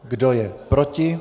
Kdo je proti?